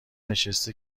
نشسته